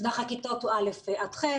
טווח הכיתות הוא א'-ח',